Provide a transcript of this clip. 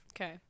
Okay